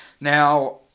Now